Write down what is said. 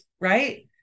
Right